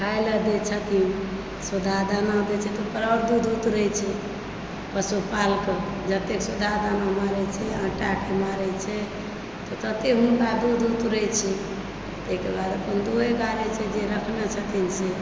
खाइ लेल दै छथिन सुधा दाना दै छथिन तऽ आओर दूध उतरै छै पशु पालि कऽ जतेक सुधा दाना मारैत छै आँटाके मारैत छै तऽ ततेक हुनका दूध उतरैत छै ताहिके बाद अपना दूहैत गाड़ैत छै जे रखने छथिन से